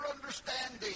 understanding